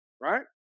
Right